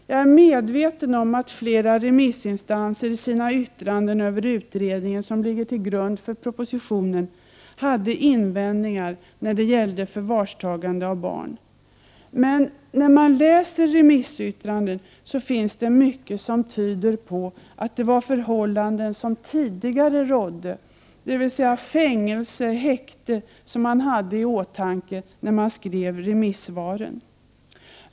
Jag är medveten om att flera remissinstanser i sina yttranden över utredningen, som ligger till grund för propositionen, hade invändningar när det gällde förvarstagande av barn. Men när man läser remissyttrandena finner man att mycket tyder på att det var de förhållanden som tidigare rådde, dvs. fängelse eller häkte, som man hade i åtanke när man skrev remissvaren.